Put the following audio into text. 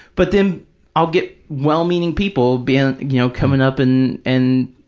but then i'll get well-meaning people being, you know, coming up and, and